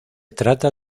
trata